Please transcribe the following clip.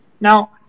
Now